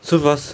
so fast